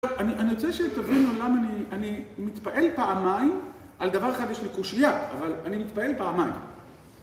אני רוצה שתבינו למה אני אני מתפעל פעמיים, על דבר אחד יש לי קושייה, אבל אני מתפעל פעמיים.